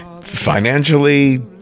financially